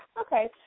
Okay